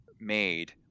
made